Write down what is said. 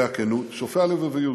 ושופע כנות, שופע לבביות,